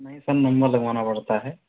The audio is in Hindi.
नहीं सर नम्बर लगवाना पड़ता है